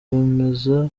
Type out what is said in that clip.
bemeza